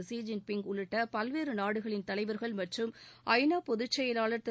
Xi Jinping உள்ளிட்ட பல்வேறு நாடுகளின் தலைவர்கள் மற்றும் ஐநா பொதுச் செயலாளர் திரு